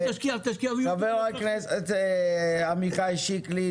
חה"כ עמיחי שיקלי,